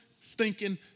stinking